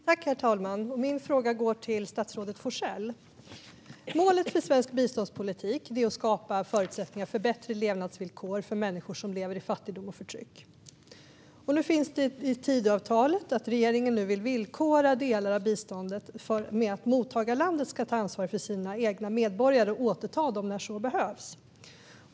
Herr talman! Min fråga går till statsrådet Forssell. Målet för svensk biståndspolitik är att skapa förutsättningar för bättre levnadsvillkor för människor som lever i fattigdom och förtryck. Nu finns det i Tidöavtalet att regeringen vill villkora delar av biståndet med att mottagarlandet ska ta ansvar för sina egna medborgare och återta dem när så behövs.